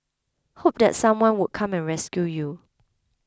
hope that someone would come and rescue you